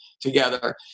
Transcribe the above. together